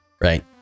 right